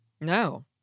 No